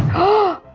oh!